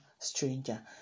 Stranger